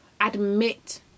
admit